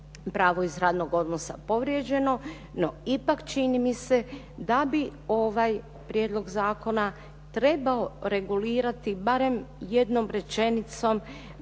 pravo iz radnog odnosa povrijeđeno, no ipak čini mi se da bi ovaj prijedlog zakona trebao regulirati barem jednom rečenicom